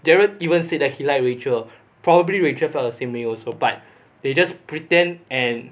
gerald even said that he liked rachel probably rachel felt the same way also but they just pretend and